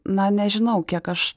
na nežinau kiek aš